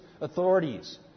authorities